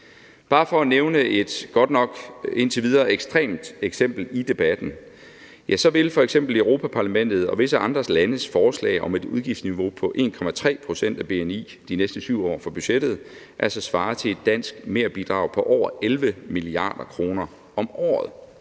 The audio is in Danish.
Bare for at nævne et godt nok indtil videre ekstremt eksempel i debatten vil f.eks. Europa-Parlamentet og visse andre landes forslag om et udgiftsniveau på 1,3 pct. af bni de næste 7 år for budgettet svare til et dansk merbidrag på over 11 mia. kr. om året